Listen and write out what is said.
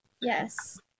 Yes